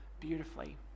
beautifully